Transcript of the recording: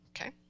okay